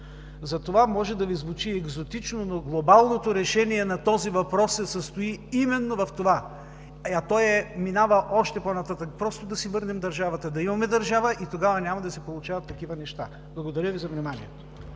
Затова може да Ви звучи екзотично, но глобалното решение на този въпрос се състои именно в това, а то минава още по нататък – просто да си върнем държавата. Да имаме държава и тогава няма да се получават такива неща. Благодаря Ви за вниманието.